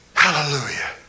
Hallelujah